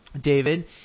david